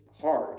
hard